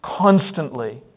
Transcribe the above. constantly